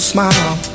smile